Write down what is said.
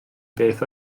beth